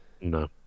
No